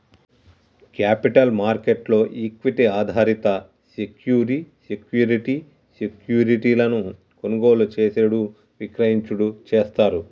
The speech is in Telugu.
క్యాపిటల్ మార్కెట్ లో ఈక్విటీ ఆధారిత సెక్యూరి సెక్యూరిటీ సెక్యూరిటీలను కొనుగోలు చేసేడు విక్రయించుడు చేస్తారు